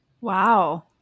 wow